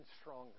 stronger